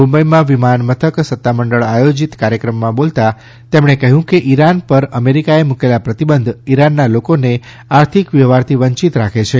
મુંબઈમાં વિમાનમથક સત્તામંડળ આયોજીત કાર્યક્રમમાં બોલતાં તેમણે કહ્યું કે ઈરાન પર અમેરીકાએ મૂકેલા પ્રતિબંધ ઈરાનના લોકોને આર્થિક વ્યવફારથી વંચીત રાખે છે